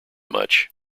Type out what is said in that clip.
much